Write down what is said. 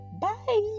Bye